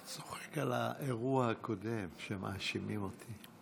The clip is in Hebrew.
אני צוחק על האירוע הקודם שמאשימים אותי.